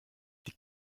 die